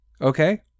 okay